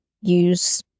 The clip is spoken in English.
use